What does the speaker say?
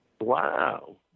Wow